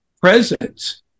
presence